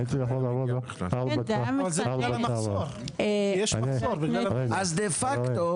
הייתי יכול לשלם 4,900. אז דה פקטו,